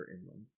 inland